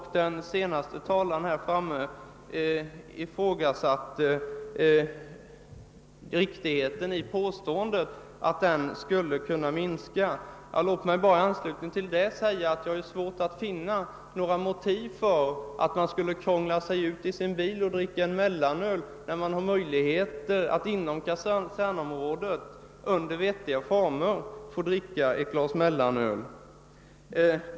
Den senaste talaren ifrågasatte riktigheten i påståendet, att den konsumtionen skulle minska. Låt mig i anslutning till det säga, att det är svårt att finna motiv för att någon skul le gå ut till sin bil för att dricka öl, när han inom kasernområdet under vettiga former kan dricka sitt mellanöl.